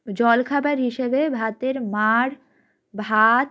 জলখাবার হিসেবে ভাতের মাড় ভাত